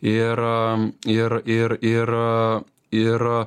ir ir ir ir ir